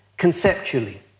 Conceptually